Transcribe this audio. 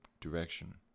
direction